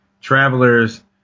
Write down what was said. travelers